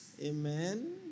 Amen